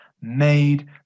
made